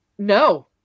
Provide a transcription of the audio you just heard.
No